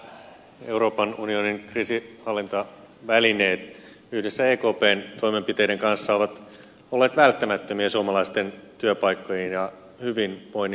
nämä euroopan unionin kriisinhallintavälineet yhdessä ekpn toimenpiteiden kanssa ovat olleet välttämättömiä suomalaisten työpaikkojen ja hyvinvoinnin kannalta